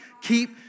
Keep